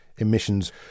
Emissions